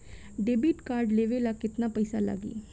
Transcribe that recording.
Debit card लेवे ला केतना पईसा लागी?